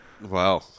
Wow